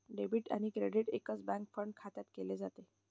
debit आणि credit एकाच bank fund खात्यात केले जाते